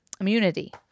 immunity